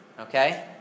okay